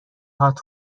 هات